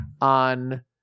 on